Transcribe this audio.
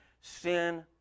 sin